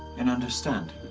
and understand?